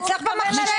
כך זה במחשב.